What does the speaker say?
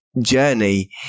journey